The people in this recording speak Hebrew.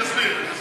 אסביר.